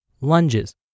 lunges